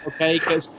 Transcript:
okay